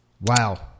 Wow